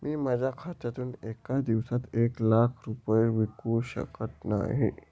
मी माझ्या खात्यातून एका दिवसात एक लाख रुपये विकू शकत नाही